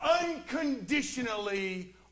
unconditionally